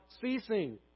ceasing